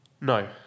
No